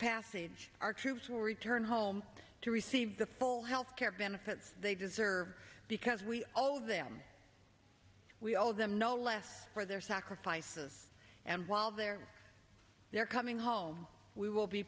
passage our troops will return home to receive the full health care benefits they deserve because we owe them we owe them no less for their sacrifices and while they're there coming home we will be